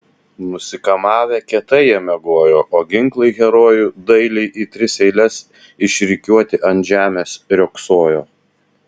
nusikamavę kietai jie miegojo o ginklai herojų dailiai į tris eiles išrikiuoti ant žemės riogsojo